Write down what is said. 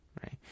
right